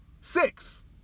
Six